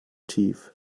tief